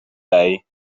wei